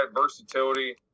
versatility